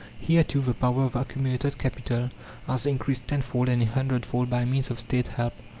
here, too, the power of accumulated capital has increased tenfold and a hundredfold by means of state help.